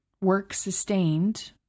work-sustained